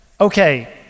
okay